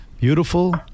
beautiful